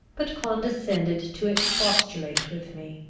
but condescended to expostulate with me.